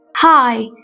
Hi